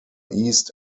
east